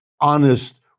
honest